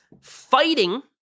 fighting